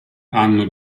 hanno